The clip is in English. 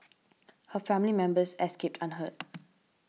her family members escaped unhurt